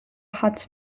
hat